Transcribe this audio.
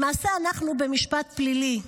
למעשה, אנחנו במשפט פלילי.